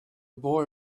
boy